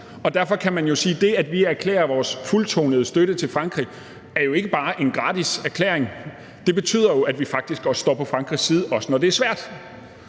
Derfor kan man jo sige, at det, at vi erklærer vores fuldtonede støtte til Frankrig, ikke bare er en gratis erklæring. Det betyder jo, at vi faktisk står på Frankrig side, også når det er svært.